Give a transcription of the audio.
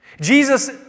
Jesus